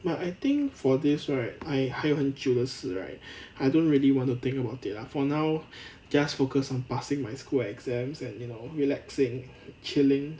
but I think for this right I 还有很久的事 right I don't really want to think about it lah for now just focus on passing my school exams and you know relaxing chilling